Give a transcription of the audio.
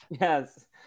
Yes